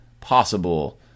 possible